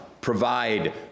provide